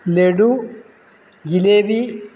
laddu jalebi